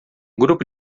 grupo